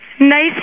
Nice